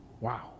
Wow